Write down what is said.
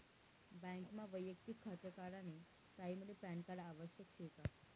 बँकमा वैयक्तिक खातं काढानी टाईमले पॅनकार्ड आवश्यक शे का?